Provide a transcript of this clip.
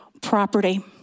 property